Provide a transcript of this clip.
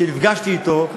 כשנפגשתי אתו בשליחות,